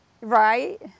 Right